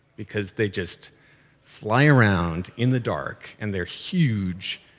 because they just fly around in the dark, and they're huge,